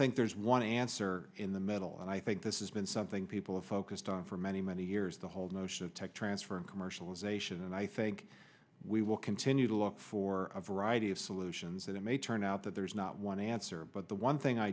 think there's one answer in the middle and i think this is been something people have focused on for many many years the whole notion of tech transfer and commercialization and i think we will continue to look for a variety of lucian's it may turn out that there is not one answer but the one thing i